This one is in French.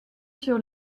sur